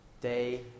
day